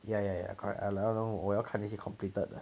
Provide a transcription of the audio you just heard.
ya ya ya correct I I know 我要看那些 completed 的